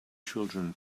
children